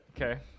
Okay